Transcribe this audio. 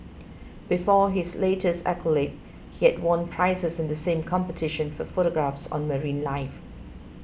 before his latest accolade he had won prizes in the same competition for photographs on marine life